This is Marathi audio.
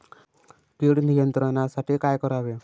कीड नियंत्रणासाठी काय करावे?